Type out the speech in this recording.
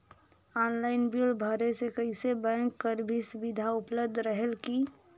Online bill भरे से कइसे बैंक कर भी सुविधा उपलब्ध रेहेल की?